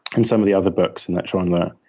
and some of the other books in that genre.